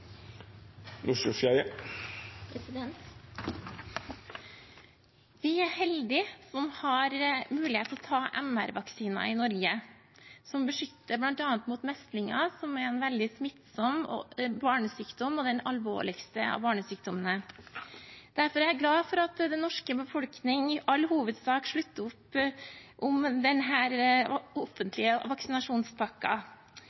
avslutta. Vi er heldige som har mulighet til å ta MMR-vaksine i Norge, som bl.a. beskytter mot meslinger, som er en veldig smittsom barnesykdom og den alvorligste av barnesykdommene. Derfor er jeg glad for at den norske befolkningen i all hovedsak slutter opp om